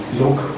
look